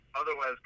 Otherwise